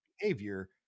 behavior